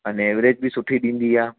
अने एवरेज बि सुठी ॾींदी आहे